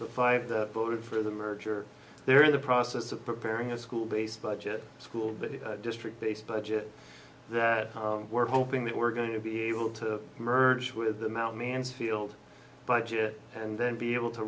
the five that voted for the merger they're in the process of preparing a school based budget school but district based budget that we're hoping that we're going to be able to merge with them out mansfield budget and then be able to